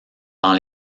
dans